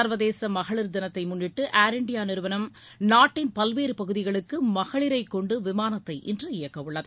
சர்வதேச மகளிர் தினத்தை முன்னிட்டு ஏர் இந்தியா நிறுவனம் நாட்டின் பல்வேறு பகுதிகளுக்கு மகளிரைக் கொண்டு விமானத்தை இன்று இயக்கவுள்ளது